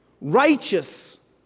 righteous